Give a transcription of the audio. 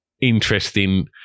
interesting